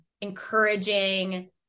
encouraging